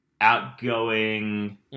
Outgoing